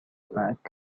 back